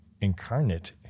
incarnate